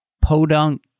podunk